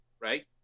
right